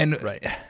Right